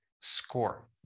score